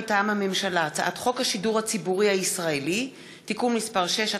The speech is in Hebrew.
מטעם הממשלה: הצעת חוק השידור הציבורי הישראלי (תיקון מס' 6),